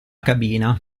cabina